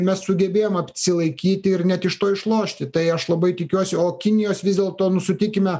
mes sugebėjom atsilaikyti ir net iš to išlošti tai aš labai tikiuosi o kinijos vis dėlto nu sutikime